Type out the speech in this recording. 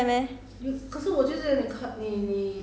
can play inside [what]